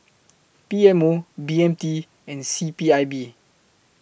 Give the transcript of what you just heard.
P M O B M T and C P I B